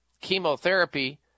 chemotherapy